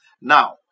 Now